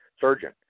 surgeon